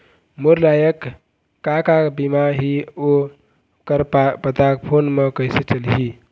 मोर लायक का का बीमा ही ओ कर पता फ़ोन म कइसे चलही?